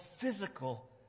physical